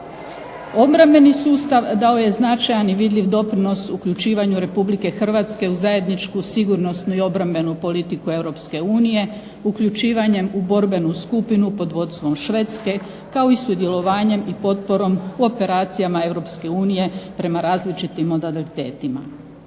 Obrambeni sustav dao je značajan i vidljiv doprinos uključivanju Republike Hrvatske u zajedničku sigurnosnu i obrambenu politiku EU uključivanjem u borbenu skupinu pod vodstvom Švedske, kao i sudjelovanjem i potporom u operacijama EU prema različitim modalitetima.